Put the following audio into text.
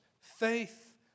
faith